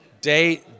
day